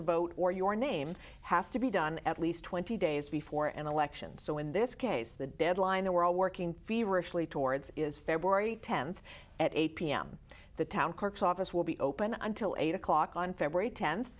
to vote or your name has to be done at least twenty days before an election so in this case the deadline that we're all working fear actually towards is february tenth at eight pm the town cork's office will be open until eight o'clock on february ten